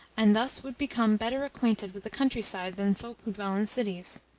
and thus would become better acquainted with the countryside than folk who dwell in cities.